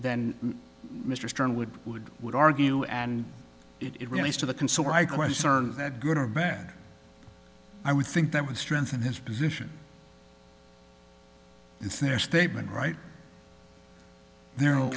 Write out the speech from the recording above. than mr stern would would would argue and it relates to the consumer i question that good or bad i would think that would strengthen his position it's their statement right